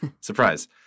Surprise